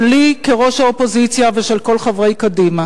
שלי כראש האופוזיציה ושל כל חברי קדימה.